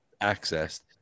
accessed